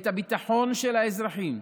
את הביטחון של האזרחים,